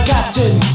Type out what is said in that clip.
Captain